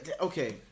okay